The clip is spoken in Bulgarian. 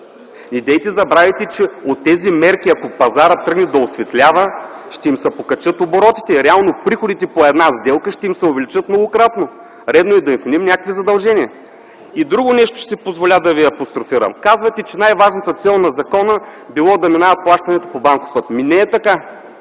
Недейте забравя, че от тези мерки, ако пазарът тръгне да осветлява, ще им се покачат оборотите. Реално приходите по една сделка ще им се увеличат многократно. Редно е да им вменим някакви задължения. Друго нещо ще си позволя да ви апострофирам. Казвате, че най-важната цел на закона била плащанията да минават по банков път. Не е така.